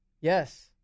Yes